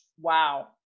wow